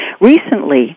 Recently